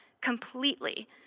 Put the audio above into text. completely